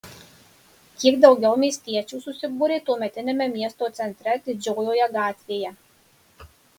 kiek daugiau miestiečių susibūrė tuometiniame miesto centre didžiojoje gatvėje